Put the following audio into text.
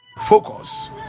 focus